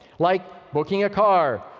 like booking a car,